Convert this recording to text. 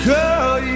Girl